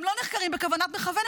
הם לא נחקרים בכוונת מכוון,